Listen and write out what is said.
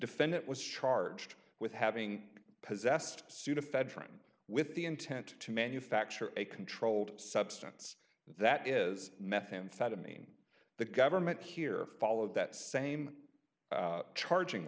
defendant was charged with having possessed sudafed trenton with the intent to manufacture a controlled substance that is methamphetamine the government here followed that same charging